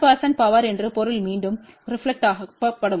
1 power என்று பொருள் மீண்டும் ரெப்லக்டெட்கப்படும்